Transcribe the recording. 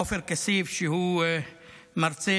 עופר כסיף, שהוא מרצה